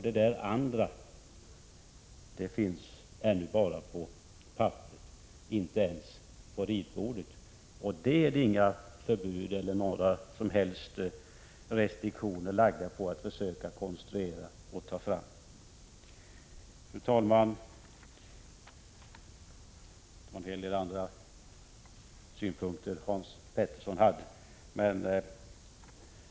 Det där ”någonting annat” finns ännu inte ens på ritbordet, och det finns inga förbud eller restriktioner för att försöka konstruera ”någonting annat”. Fru talman! Hans Petersson hade även en hel del andra synpunkter.